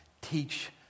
Teach